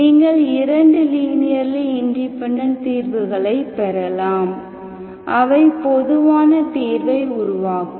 நீங்கள் இரண்டு linearly independent தீர்வுகளைப் பெறலாம் அவை பொதுவான தீர்வை உருவாக்கும்